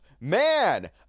Man